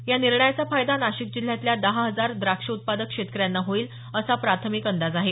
या निर्णयाचा फायदा नाशिक जिल्ह्यातील दहा हजार द्राक्ष उत्पादक शेतकऱ्यांना होईल असा प्राथमिक अंदाज आहे